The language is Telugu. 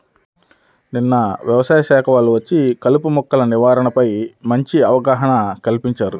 నిన్న యవసాయ శాఖ వాళ్ళు వచ్చి కలుపు మొక్కల నివారణపై మంచి అవగాహన కల్పించారు